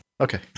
Okay